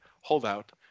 holdout